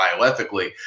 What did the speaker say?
bioethically